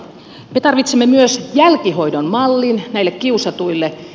me tarvitsemme myös jälkihoidon mallin näille kiusatuille